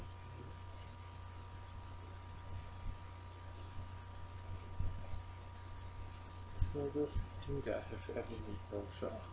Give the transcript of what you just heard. saddest thing I've ever witness ah